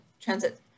transit